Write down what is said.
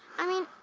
i mean,